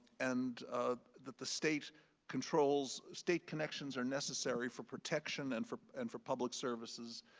and that the state controls. state connections are necessary for protection and for and for public services,